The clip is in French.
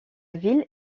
ville